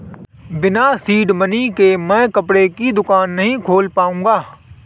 बिना seed money के मैं कपड़े की दुकान नही खोल पाऊंगा